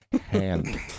hand